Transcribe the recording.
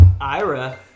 Ira